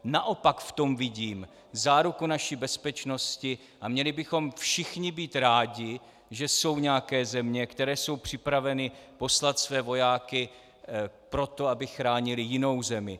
Naopak v tom vidím záruku naší bezpečnosti a měli bychom všichni být rádi, že jsou nějaké země, které jsou připraveny poslat své vojáky proto, aby chránili jinou zemi.